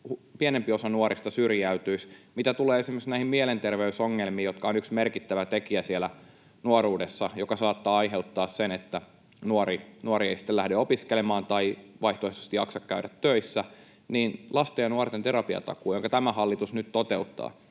pienempi osa nuorista syrjäytyisi. Mitä tulee esimerkiksi mielenterveysongelmiin, jotka ovat yksi merkittävä tekijä siellä nuoruudessa, joka saattaa aiheuttaa sen, että nuori ei sitten lähde opiskelemaan tai vaihtoehtoisesti jaksa käydä töissä, niin lasten ja nuorten terapiatakuu, jonka tämä hallitus nyt toteuttaa